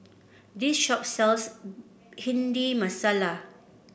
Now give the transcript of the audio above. this shop sells Bhindi Masala